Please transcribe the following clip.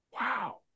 Wow